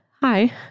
Hi